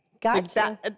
Gotcha